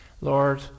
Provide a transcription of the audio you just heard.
Lord